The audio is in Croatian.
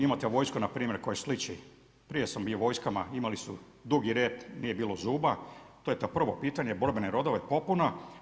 Imate vojsku npr. koja sliči prije sam bio u vojskama, imali su dugi red, nije bilo zuba, to je to prvo pitanje, borbeni rodovi, popuna.